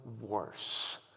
worse